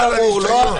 רק שיהיה ברור,